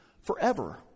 forever